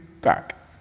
back